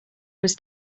was